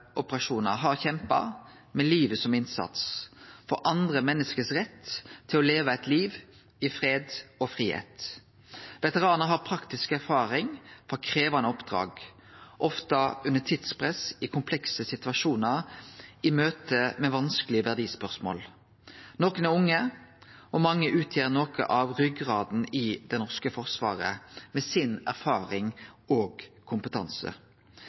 operasjonar, har kjempa med livet som innsats for andre menneske sin rett til å leve eit liv i fred og fridom. Veteranane har praktisk erfaring frå krevjande oppdrag, ofte under tidspress i komplekse situasjonar i møte med vanskelege verdispørsmål. Nokre er unge, og mange utgjer noko av ryggraden i det norske forsvaret med sin erfaring og kompetanse.